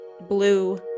blue